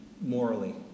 morally